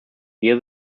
hear